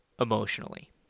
emotionally